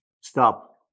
stop